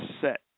set